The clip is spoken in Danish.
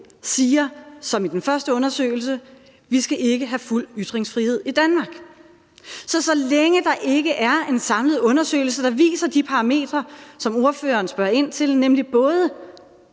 ligesom i den første undersøgelse – siger: Vi skal ikke have fuld ytringsfrihed i Danmark. Så længe der ikke er en samlet undersøgelse, der viser de parametre, som der her spørges ind til – altså: